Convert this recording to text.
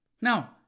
Now